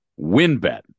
WinBet